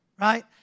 right